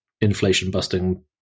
inflation-busting